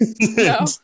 No